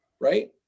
right